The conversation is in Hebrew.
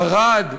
ערד,